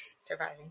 surviving